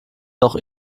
doch